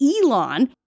Elon